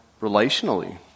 relationally